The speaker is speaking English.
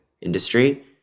industry